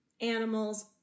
animals